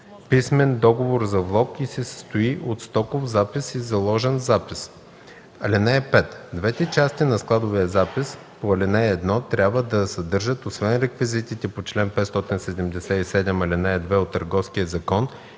писмен договор за влог и се състои от стоков запис и заложен запис. (5) Двете части на складовия запис по ал. 1 трябва да съдържат освен реквизитите по чл. 577, ал. 2 от Търговския закон